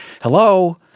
Hello